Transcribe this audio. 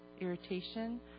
irritation